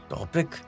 Topic